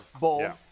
Bull